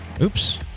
Oops